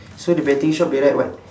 so the betting shop they write what